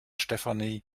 stefanie